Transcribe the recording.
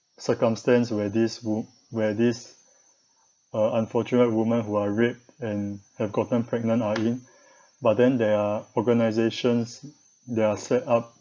circumstance where this wo~ where this uh unfortunate women who are raped and have gotten pregnant or in but then there are organisations that are set up